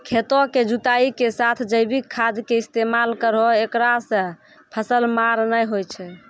खेतों के जुताई के साथ जैविक खाद के इस्तेमाल करहो ऐकरा से फसल मार नैय होय छै?